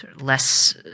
less